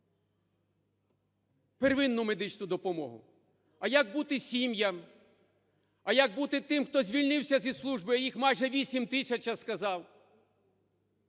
Первинну медичну допомогу. А як бути сім'ям, а як бути тим, хто звільнився зі служби, а їх майже 8 тисяч, я сказав?